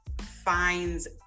finds